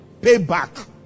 payback